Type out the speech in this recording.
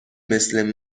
مثل